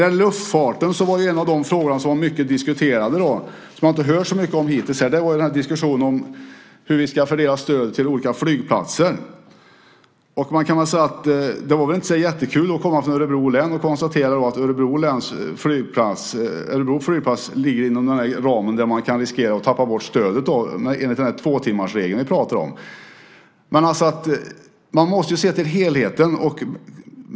Luftfarten var ju en av de frågor som vi diskuterade mycket. Det har vi inte hört så mycket om här. Det var ju den här diskussionen om hur vi ska fördela stöd till olika flygplatser. Man kan väl säga att det inte var så där jättekul att komma från Örebro län och konstatera att Örebro flygplats ligger inom den ram där man kan riskera att tappa bort stödet enligt den tvåtimmarsregel vi pratar om. Men man måste ju se till helheten.